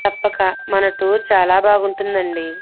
తప్పక మన టూర్ చాలా బాగుంటుంది అండి